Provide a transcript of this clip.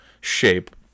shape